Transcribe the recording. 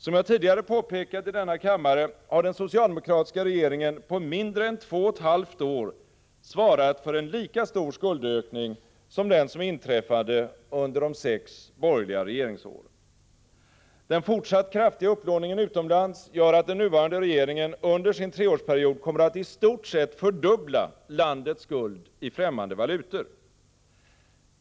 Som jag tidigare påpekat i denna kammare har den socialdemokratiska regeringen på mindre än två och ett halvt år svarat för en lika stor skuldökning som den som inträffade under de sex borgerliga regeringsåren. Den fortsatta kraftiga upplåningen utomlands gör att den nuvarande regeringen under sin treårsperiod kommer att i stort sett fördubbla landets skuld i främmande valutor.